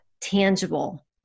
tangible